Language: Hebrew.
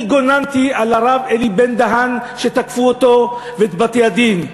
אני גוננתי על הרב אלי בן-דהן כשתקפו אותו ואת בתי-הדין.